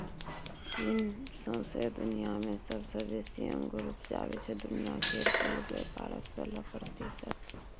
चीन सौंसे दुनियाँ मे सबसँ बेसी अंगुर उपजाबै छै दुनिया केर कुल बेपारक सोलह प्रतिशत